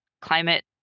climate